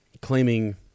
claiming